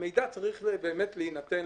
המידע צריך באמת להינתן